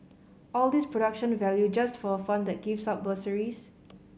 all this production value just for a fund that gives out bursaries